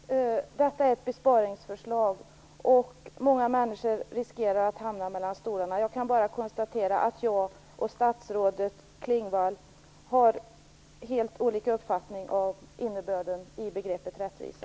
Herr talman! Detta är ett besparingsförslag, och många människor riskerar att hamna mellan stolarna. Jag kan bara konstatera att jag och statsrådet Klingvall har helt olika uppfattning om innebörden av begreppet rättvisa.